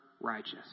righteous